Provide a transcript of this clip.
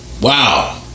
wow